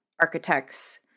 architects